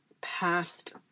past